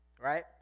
Right